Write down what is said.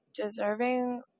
deserving